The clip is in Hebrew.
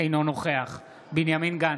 אינו נוכח בנימין גנץ,